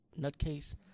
nutcase